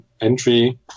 entry